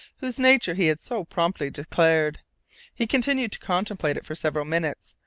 whose nature he had so promptly declared he continued to contemplate it for several minutes,